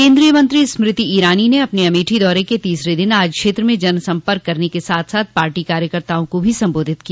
केन्द्रीय मंत्री स्मृति ईरानी ने अपने अमेठी दौरे के तीसरे दिन आज क्षेत्र में जनसम्पर्क करने के साथ साथ पार्टी कार्यकर्ताओं को भी संबोधित किया